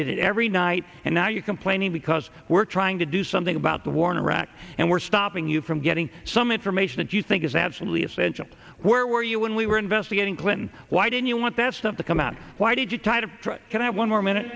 did it every night and now you complaining because we're trying to do something about the war in iraq and we're stopping you from getting some information that you think is absolutely essential where were you when we were investigating clinton why did you want that's of the come out why did you try to get out one more minute